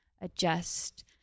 adjust